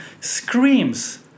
screams